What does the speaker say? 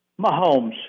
Mahomes